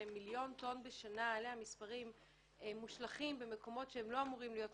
כמיליון טון בשנה מושלכים במקומות שלא אמורים להיות מושלכים.